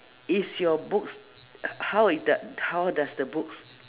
is your books how it d~ how does the books